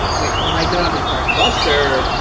wait. my dog is barking buster.